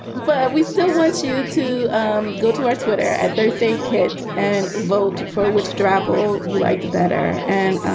but we still want you to um go to our twitter at thursday kit and vote for which drabble you liked the better. and,